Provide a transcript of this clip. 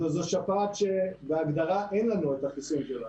זו שפעת שבהגדרה אין לנו את החיסון שלה,